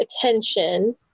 attention